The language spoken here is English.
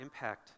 impact